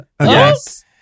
Yes